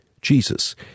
Jesus